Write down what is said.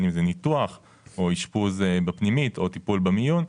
אם זה ניתוח או אשפוז בפנימית או טיפול במיון,